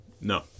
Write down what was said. No